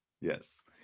Yes